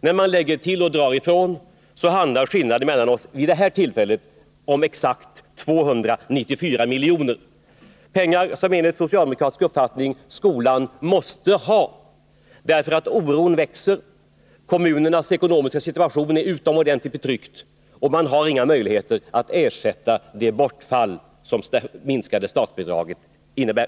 När man lägger till och drar ifrån handlar skillnaden mellan oss vid det här tillfället om exakt 294 miljoner — pengar som enligt socialdemokratisk uppfattning skolan måste ha. Oron växer, kommunernas ekonomiska situation är utomordentligt betryckt, och man har inga möjligheter att ersätta det bortfall som det minskade statsbidraget innebär.